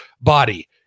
body